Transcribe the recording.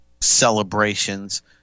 celebrations